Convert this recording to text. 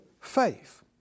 faith